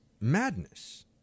madness